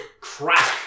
crack